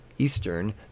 Eastern